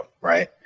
Right